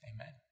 amen